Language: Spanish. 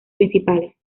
principales